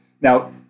Now